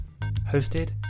Hosted